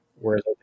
Whereas